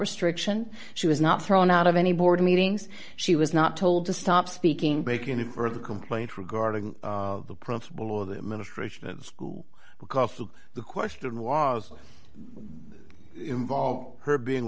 restriction she was not thrown out of any board meetings she was not told to stop speaking bacon to further complaints regarding the principal of the administration and the school because of the question was involved her being